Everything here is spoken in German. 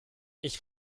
ich